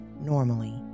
normally